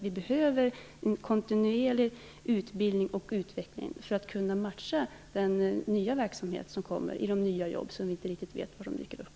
Vi behöver en kontinuerlig utbildning och utveckling för att kunna matcha den verksamhet som ger nya jobb, även om vi inte riktigt vet var de dyker upp.